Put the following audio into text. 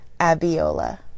Abiola